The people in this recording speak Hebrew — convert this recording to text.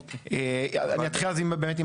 אני אתחיל באמת עם